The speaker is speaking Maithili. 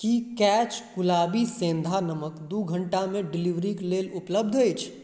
की कैच गुलाबी सेन्धा नमक दू घण्टामे डिलीवरीक लेल उपलब्ध अछि